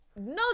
No